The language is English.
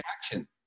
action